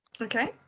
Okay